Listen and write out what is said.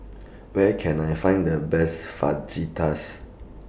Where Can I Find The Best Fajitas